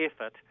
effort